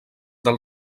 del